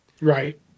right